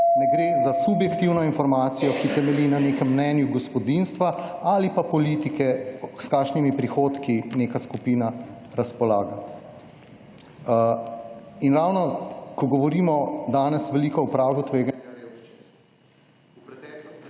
Ne gre za subjektivno informacijo, ki temelji na nekem mnenju gospodinjstva ali pa politike, s kakšnimi prihodki neka skupina razpolaga. In ravno ko govorimo danes veliko o pragu tveganja revščine… / izklop